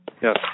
yes